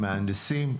עם מהנדסים,